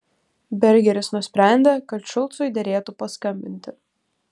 bergeris nusprendė kad šulcui derėtų paskambinti